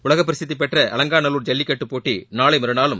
உலக பிரசித்திபெற்ற அலங்காநல்லூர் ஜல்லிக்கட்டுப் போட்டி நாளை மறுநாளும்